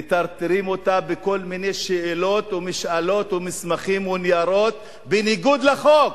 מטרטרים אותה בכל מיני שאלות ומשאלות ומסמכים וניירות בניגוד לחוק.